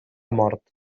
mort